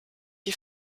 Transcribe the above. die